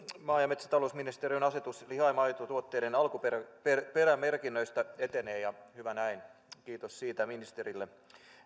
maa ja metsätalousministeriön asetus liha ja maitotuotteiden alkuperämerkinnöistä etenee ja hyvä näin kiitos siitä ministerille